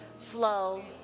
flow